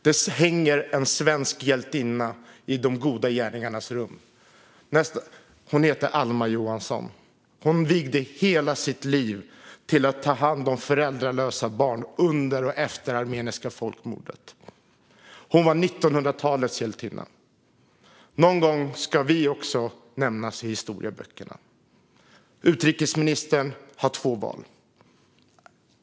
Det finns en bild av en svensk hjältinna i de goda gärningarnas rum. Hon hette Alma Johansson. Hon vigde hela sitt liv till att ta hand om föräldralösa barn under och efter armeniska folkmordet. Hon var 1900-talets hjältinna. Någon gång ska vi också nämnas i historieböckerna. Utrikesministern har två val.